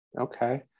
Okay